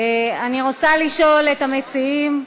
אני רוצה לשאול את המציעים,